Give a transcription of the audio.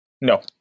No